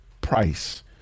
price